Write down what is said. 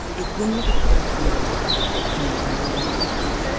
it wouldn't have occurred to you in a million years